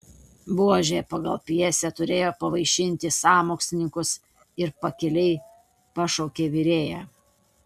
buožė pagal pjesę turėjo pavaišinti sąmokslininkus ir pakiliai pašaukė virėją